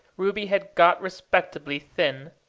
ruby had got respectably thin,